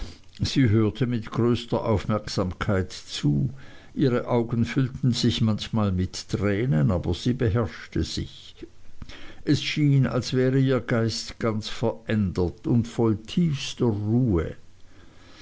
sie hörte mit größter aufmerksamkeit zu ihre augen füllten sich manchmal mit tränen aber sie beherrschte sich es schien als wäre ihr geist ganz verändert und voll tiefster ruhe